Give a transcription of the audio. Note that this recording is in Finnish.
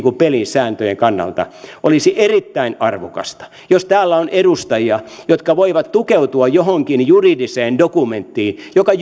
pelisääntöjen kannalta olisi erittäin arvokasta että se tuotaisiin esiin jos täällä on edustajia jotka voivat tukeutua johonkin juridiseen dokumenttiin joka